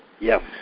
yes